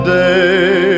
day